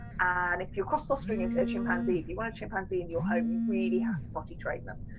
and if your cross-fostering into a chimpanzee, if you want chimpanzee in your home, you really have to potty train them,